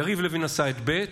יריב לוין עשה את ב',